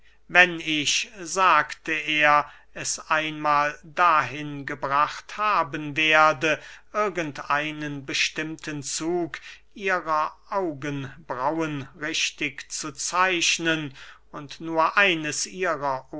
wenn ich sagt er es einmahl dahin gebracht haben werde irgend einen bestimmten zug ihrer augenbraunen richtig zu zeichnen und nur eines ihrer